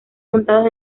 montados